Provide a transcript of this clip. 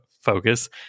focus